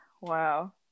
Wow